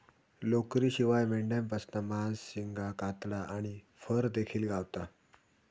लोकरीशिवाय मेंढ्यांपासना मांस, शिंगा, कातडा आणि फर देखिल गावता